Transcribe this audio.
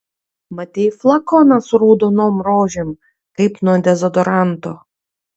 matei flakoną su raudonom rožėm kaip nuo dezodoranto